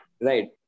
Right